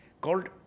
called